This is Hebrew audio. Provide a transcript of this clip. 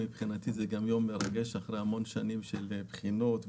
ומבחינתי זה גם יום מרגש אחרי המון שנים של בחינות,